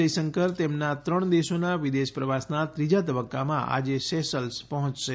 જયશંકર તેમનાં ત્રણ દેશોનાં વિદેશ પ્રવાસનાં ત્રીજા તબક્કામાં આજે સેશલ્સ પહોંચશે